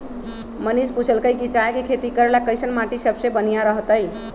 मनीष पूछलकई कि चाय के खेती करे ला कईसन माटी सबसे बनिहा रहतई